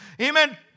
Amen